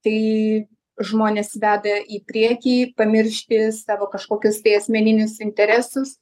tai žmones veda į priekį pamiršti savo kažkokius tai asmeninius interesus